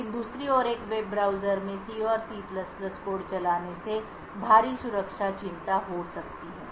लेकिन दूसरी ओर एक वेब ब्राउज़र में C और C कोड चलाने से भारी सुरक्षा चिंता हो सकती है